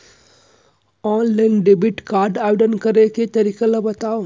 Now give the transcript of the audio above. Online debit card आवेदन करे के तरीका ल बतावव?